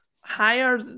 higher